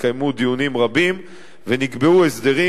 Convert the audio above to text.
התקיימו דיונים רבים ונקבעו הסדרים